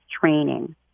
training